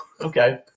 Okay